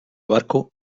barco